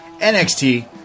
NXT